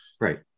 Right